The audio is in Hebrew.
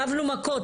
רבנו מכות.